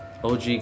OG